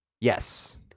Yes